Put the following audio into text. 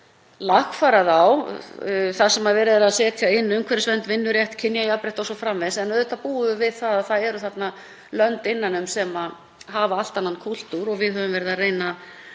lagfæra þá, þar sem verið er að setja inn umhverfisvernd, vinnurétt, kynjajafnrétti o.s.frv. En auðvitað búum við það að það eru þarna lönd innan um sem hafa allt annan kúltúr og við höfum verið að reyna